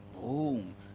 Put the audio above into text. boom